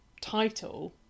title